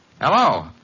Hello